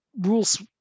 rules